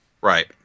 Right